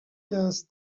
ter